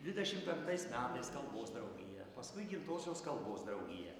dvidešim penktais metais kalbos draugija paskui gimtosios kalbos draugija